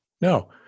no